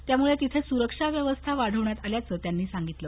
त्यामुळे तिथे सुरक्षा व्यवस्था वाढवण्यात आल्याचं त्यांनी सांगितलं